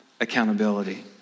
accountability